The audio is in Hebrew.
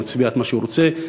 הוא מצביע כפי שהוא רוצה,